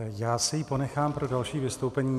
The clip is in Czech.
Já si ji ponechám pro další vystoupení.